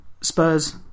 Spurs